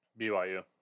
BYU